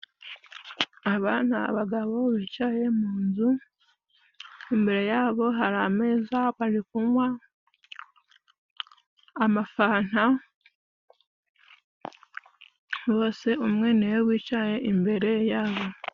Abagabo bicaye munzu, imbere yabo hari ameza bari kunywa ama fanta, bose umwe ni we wicaye imbere yabo.